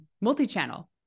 multi-channel